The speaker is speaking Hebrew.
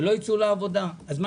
וכל